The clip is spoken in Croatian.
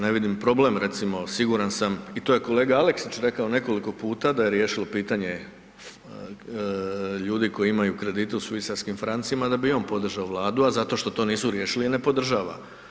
Ne vidim problem recimo, siguran sam i to je kolega Aleksić rekao nekoliko puta da je riješilo pitanje ljudi koji imaju kredite u švicarskim francima da bi i on podržao Vladu, a zato što to nisu riješili ne podržava.